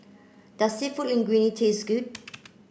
does Seafood Linguine taste good